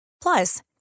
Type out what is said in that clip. Plus